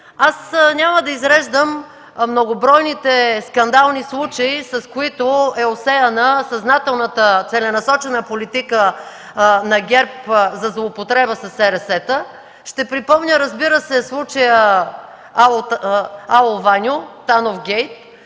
Аз няма да изреждам многобройните скандални случаи, с които е осеяна съзнателната целенасочена политика на ГЕРБ за злоупотреба със СРС. Ще припомня, разбира се, случая „Ало, Ваньо – Тановгейт”,